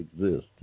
exist